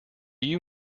you